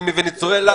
מוונצואלה,